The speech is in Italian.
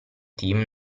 team